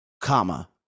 comma